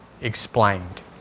explained